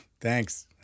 Thanks